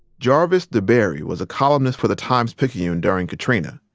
jarvis deberry was a columnist for the times-picayune during katrina.